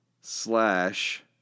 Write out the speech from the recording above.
slash